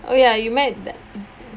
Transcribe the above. oh ya you met